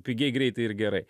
pigiai greitai ir gerai